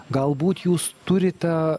galbūt jūs turite